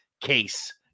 case